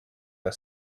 our